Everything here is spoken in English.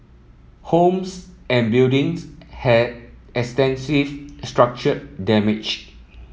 homes and buildings had extensive structural damage